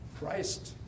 Christ